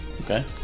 Okay